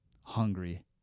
hungry